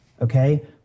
okay